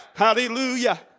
Hallelujah